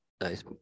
nice